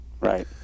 Right